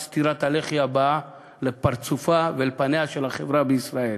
עד סטירת הלחי הבאה בפרצופה ובפניה של החברה בישראל.